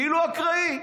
כאילו אקראי.